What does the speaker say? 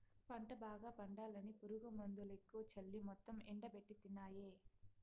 పంట బాగా పండాలని పురుగుమందులెక్కువ చల్లి మొత్తం ఎండబెట్టితినాయే